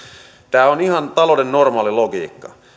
tämä on ihan talouden normaali logiikka